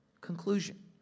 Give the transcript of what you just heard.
conclusion